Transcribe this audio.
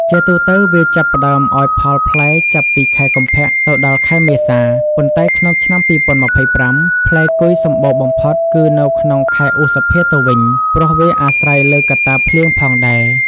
ជាទូទៅវាចាប់ផ្តើមឲ្យផលផ្លែចាប់ពី ខែកុម្ភៈទៅដល់ខែមេសា ប៉ុន្តែក្នុងឆ្នាំ២០២៥ ផ្លែគុយសម្បូរបំផុតគឺនៅក្នុងខែឧសភាទៅវិញ ព្រោះវាអាស្រ័យលើកត្តាភ្លៀងផងដែរ។